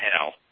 hell